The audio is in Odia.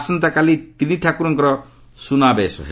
ଆସନ୍ତାକାଲି ତିନି ଠାକୁରଙ୍କର ସ୍ତନାବେଶ ହେବ